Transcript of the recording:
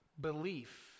Belief